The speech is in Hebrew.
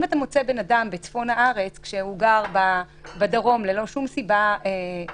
אם אתה מוצא בצפון הארץ בן אדם שגר בדרום ללא שום סיבה הגיונית,